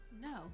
No